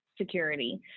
security